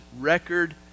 record